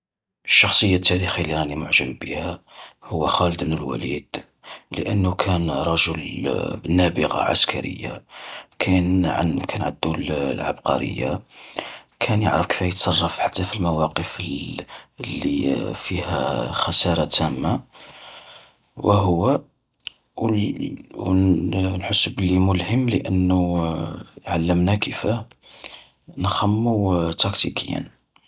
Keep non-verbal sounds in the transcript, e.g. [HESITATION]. الشخصية التاريخية اللي راني معجب بها، هو خالد بن الوليد. لأنه كان رجل [HESITATION] نابغة عسكرية، كان عن [HESITATION] كان عدو [HESITATION] العبقرية، كان يعرف كيفاه يتصرف حتى في المواقف [HESITATION] اللي فيها [HESITATION] خسارة تامة. وهو [HESITATION] ن-نحسو بأنو ملهم لأنو [HESITATION] علمنا كيفاه نخمو [HESITATION] تاكتيكيا.